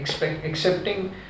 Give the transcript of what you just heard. accepting